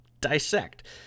dissect